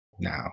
now